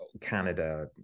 Canada